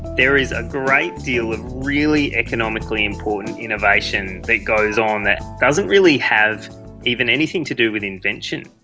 there is a great deal of really economically important innovation that goes on that doesn't really have even anything to do with invention.